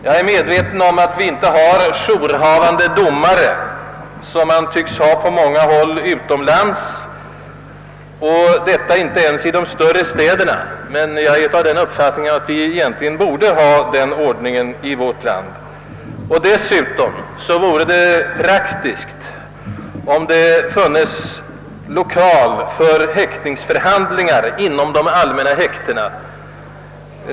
Jag är medveten om att vi inte har jourhavande domare — som man tycks ha på många håll utomlands — och detta inte ens i de större städerna. Enligt min uppfattning borde vi egentligen ha den ordningen i vårt land. Dessutom vore det praktiskt om det funnes lokal för häktningsförhandlingar inom de allmänna häktena.